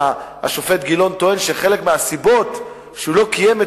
השופט גילון טוען שאחת הסיבות שהוא לא קיים את